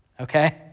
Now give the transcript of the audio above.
okay